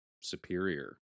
superior